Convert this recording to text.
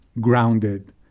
grounded